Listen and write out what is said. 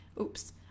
Oops